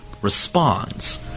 Responds